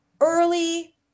early